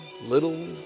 little